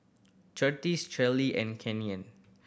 Curtiss Cheryll and Keanu